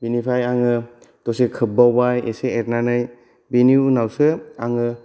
बेनिफ्राय आङो दसे खोब्बावबाय एसे एरनानै बेनि उनावसो आङो